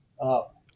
up